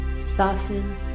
soften